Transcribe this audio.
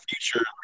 future